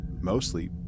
mostly